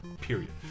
Period